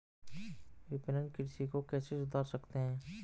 विपणन कृषि को कैसे सुधार सकते हैं?